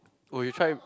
will you try